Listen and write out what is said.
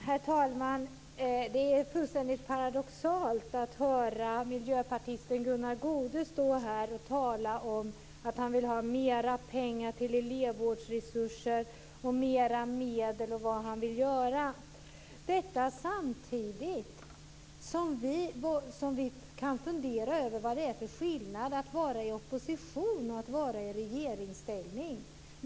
Herr talman! Det är fullständigt paradoxalt att höra miljöpartisten Gunnar Goude stå här och tala om att han vill ha mer pengar till elevvårdsresurser och mer medel till vad han vill göra. Det gör han samtidigt som vi kan fundera över vad det är för skillnad mellan att vara i opposition och att vara i regeringsställning.